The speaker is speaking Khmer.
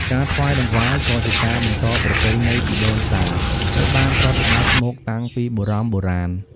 ការថ្វាយតង្វាយក៏ជាការបន្តប្រពៃណី ពីដូនតា ដែលបានប្រតិបត្តិមកតាំងពីបរមបុរាណ។